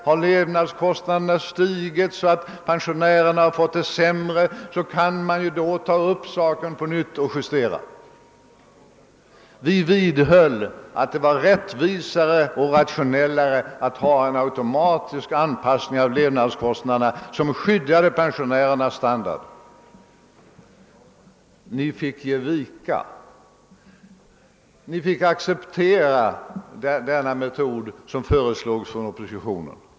Har levnadskostnaderna stigit så att pensionärerna fått det sämre kan frågan tas upp på nytt.> Vi vidhöll att det var mer rättvisande och rationellt att ha en automatisk anpassning till levnadskostnaderna som skyddade pensionärernas standard. Ni fick ge vika. Ni fick acceptera den metod som föreslogs av oppositionen.